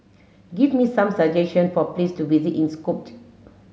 give me some suggestion for place to visit in Skopje